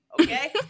Okay